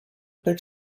big